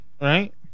right